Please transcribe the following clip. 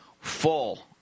full